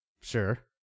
sure